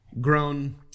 Grown